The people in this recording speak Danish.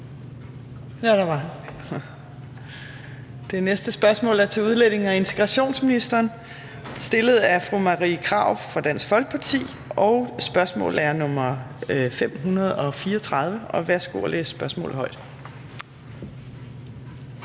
Det næste spørgsmål er til udlændinge- og integrationsministeren, stillet af fru Marie Krarup fra Dansk Folkeparti. Spørgsmålet er nr. S 534. Kl. 14:29 Spm. nr.